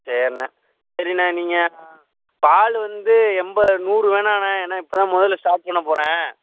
சரிண்ண சரிண்ண நீங்கள் பால் வந்து எண்ப நூறு வேணாண்ணா ஏன்னால் இப்போ தான் முதல்ல ஸ்டார்ட் பண்ணப் போகிறேன்